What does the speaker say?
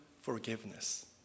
forgiveness